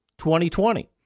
2020